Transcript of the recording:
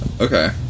Okay